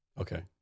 Okay